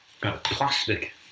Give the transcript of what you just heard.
plastic